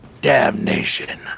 Damnation